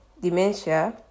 dementia